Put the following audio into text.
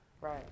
Right